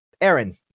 Aaron